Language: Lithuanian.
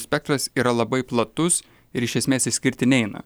spektras yra labai platus ir iš esmės išskirti neina